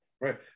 right